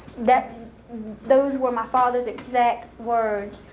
that those were my father's exact words.